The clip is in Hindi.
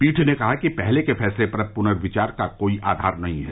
पीठ ने कहा कि पहले के फैसले पर प्नर्थिचार का कोई आधार नहीं है